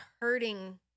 hurting